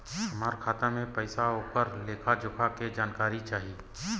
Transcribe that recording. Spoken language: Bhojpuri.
हमार खाता में पैसा ओकर लेखा जोखा के जानकारी चाही?